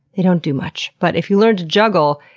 they don't do much, but if you learn to juggle,